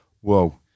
whoa